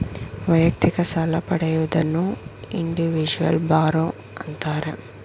ವೈಯಕ್ತಿಕ ಸಾಲ ಪಡೆಯುವುದನ್ನು ಇಂಡಿವಿಜುವಲ್ ಬಾರೋ ಅಂತಾರೆ